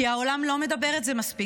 כי העולם לא מדבר את זה מספיק,